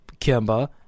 Kimba